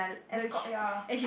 ya